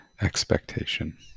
Expectation